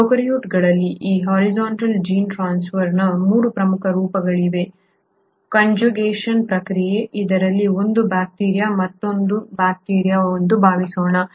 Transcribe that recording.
ಪ್ರೊಕಾರ್ಯೋಟ್ಗಳಲ್ಲಿ ಈ horizontal gene ಟ್ರಾನ್ಸ್ಫರ್ನ 3 ಪ್ರಮುಖ ರೂಪಗಳಿವೆ ಕಾನ್ಜುಗೇಷನ್ ಪ್ರಕ್ರಿಯೆ ಇದರಲ್ಲಿ ಇದು ಒಂದು ಬ್ಯಾಕ್ಟೀರಿಯಾ ಮತ್ತು ಇದು ಇನ್ನೊಂದು ಬ್ಯಾಕ್ಟೀರಿಯಾ ಎಂದು ಭಾವಿಸೋಣ